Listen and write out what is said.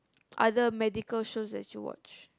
other medical shows that you watch